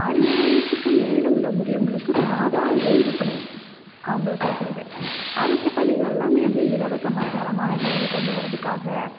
அறுபது வயதுக்கு மேலே உள்ள முதியவங்களுக்கு மாத ஓய்வுப் பணி அவுங்களுக்கு கொடுக்குறது அரசுப் பள்ளிகள் எல்லாமே வந்து இலவசமாக தரமானக் கல்வி கொண்டு வர்றதுக்காக